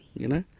you know,